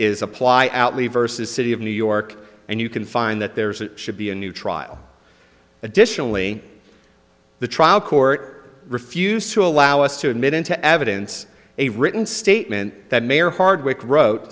is apply out lee versus city of new york and you can find that there's should be a new trial additionally the trial court refused to allow us to admit into evidence a written statement that may or hardwick wrote